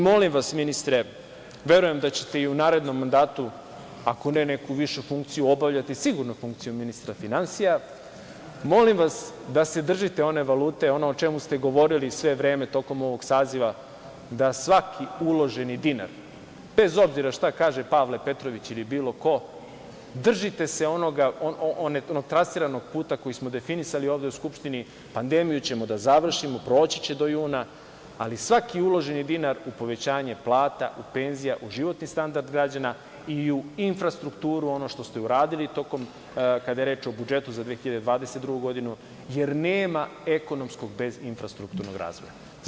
Molim vas, ministre, verujem da ćete i u narednom mandatu, ako ne neku višu funkciju, obavljati sigurno funkciju ministra finansija, da se držite one valute, ono o čemu ste govorili sve vreme tokom ovog saziva da svaki uloženi dinar, bez obzira šta kaže Pavle Petrović ili bilo ko, držite se onog trasiranog puta koji smo definisali ovde u Skupštini, pandemiju ćemo da završimo, proći će do juna, ali svaki uloženi dinar u povećanje plata, penzija, u životni standard građana i u infrastrukturu, ono što se uradili kada je reč o budžetu za 2022. godinu jer nema ekonomskog bez infrastrukturnog razvoja.